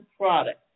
product